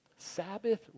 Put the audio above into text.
Sabbath